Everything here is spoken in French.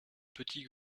petit